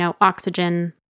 oxygen